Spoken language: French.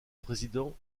président